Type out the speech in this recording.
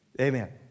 Amen